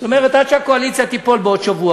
עד שהקואליציה תיפול בעוד שבוע,